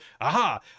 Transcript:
aha